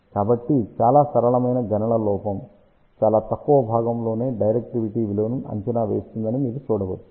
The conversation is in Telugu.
కాబట్టి ఈ చాలా సరళమైన గణన లోపం చాలా తక్కువ భాగంలోనే డైరెక్టివిటీ విలువను అంచనా వేస్తుందని మీరు చూడవచ్చు